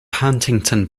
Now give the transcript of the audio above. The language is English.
huntington